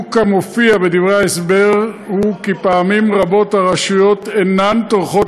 הנימוק כפי שמופיע בדברי ההסבר הוא שפעמים רבות הרשויות אינן טורחות